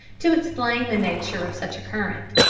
to explain the nature of such a current.